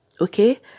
Okay